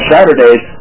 Saturdays